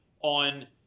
on